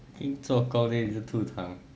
做工 then 你一直吐痰